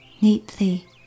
neatly